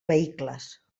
vehicles